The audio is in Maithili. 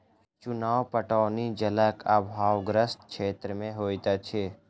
चुआन पटौनी जलक आभावग्रस्त क्षेत्र मे होइत अछि